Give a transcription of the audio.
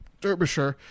Derbyshire